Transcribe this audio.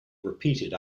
repeated